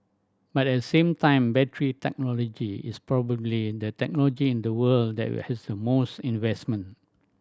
but at the same time battery technology is probably the technology in the world that will has the most investment